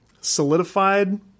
solidified